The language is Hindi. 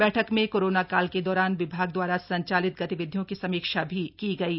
बैठक में कोरोना काल के दौरान विभाग द्वारा संचालित गतिविधियों की समीक्षा भी की गयी